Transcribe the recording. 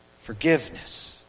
Forgiveness